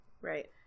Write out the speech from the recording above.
Right